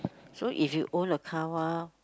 so if you own a car wh~